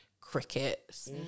crickets